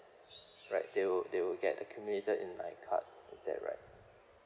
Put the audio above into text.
right they will they will get accumulated in my card is that right